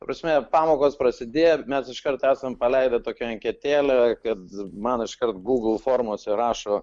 ta prasme pamokos prasidėjo mes iškart esam paleidę tokią anketėlę kad man iškart google formose rašo